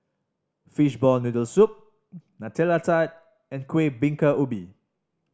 fishball noodle soup Nutella Tart and Kueh Bingka Ubi